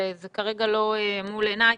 זה כרגע לא מול עיניי,